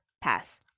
pass